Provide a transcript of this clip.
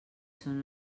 són